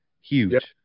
huge